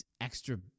extra